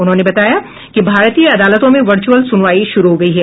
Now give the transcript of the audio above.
उन्होंने बताया कि भारतीय अदालतों में वर्चुअल सुनवाई शुरू हो गई है